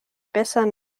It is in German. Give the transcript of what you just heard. besser